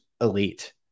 elite